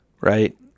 right